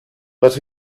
but